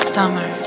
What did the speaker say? Summer